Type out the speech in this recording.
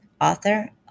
author